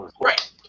Right